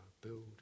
Build